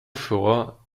vor